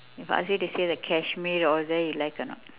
if ask you to stay the kashmir all there you like or not